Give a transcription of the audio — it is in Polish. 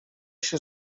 się